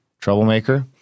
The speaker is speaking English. troublemaker